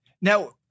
Now